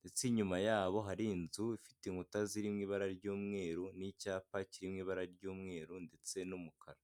ndetse inyuma yabo hari inzu ifite inkuta ziririmo ibara ry'umweru n'icyapa kiririmo ibara ry'umweru ndetse n'umukara.